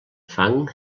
fang